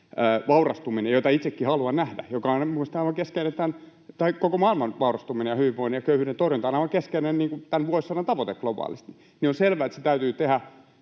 vaurastuminen, jota itsekin haluan nähdä ja joka on mielestäni aivan keskeinen kuten koko maailman vaurastuminen ja hyvinvointi ja köyhyyden torjunta on aivan keskeinen tämän vuosisadan tavoite globaalisti... On selvää, että se ei